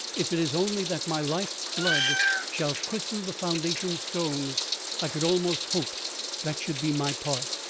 if it is only that my life blood shall christen the foundation stones i could almost hope that should be my part,